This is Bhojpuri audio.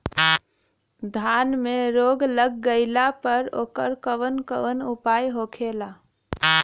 धान में रोग लग गईला पर उकर कवन कवन उपाय होखेला?